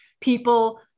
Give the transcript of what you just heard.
people